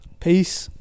Peace